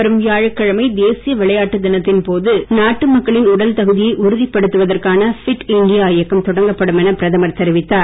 வரும் வியாழக்கிழமை தேசிய விளையாட்டு தினத்தின் போது நாட்டு மக்களின் உடல் தகுதியை உறுதிப் படுத்துவதற்கான ஃபிட் இண்டியா இயக்கம் தொடக்கப்படும் என பிரதமர் தெரிவித்தார்